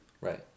Right